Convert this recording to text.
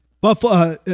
Buffalo